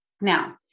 Now